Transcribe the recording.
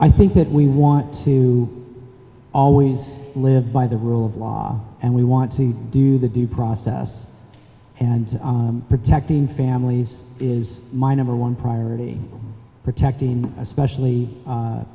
i think that we want to always live by the rule of law and we want to do the due process and protecting families is my number one priority protecting especially